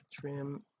trim